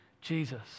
Jesus